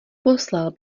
poslal